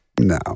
No